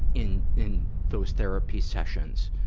in, in those therapy sessions?